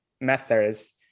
methods